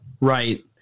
right